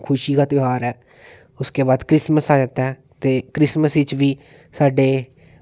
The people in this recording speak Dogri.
खुशी दा ध्यार ऐ उसके बाद क्रिसमस आ जाता ऐ ते क्रिसमस बिच्च बी साढ़े